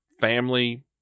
family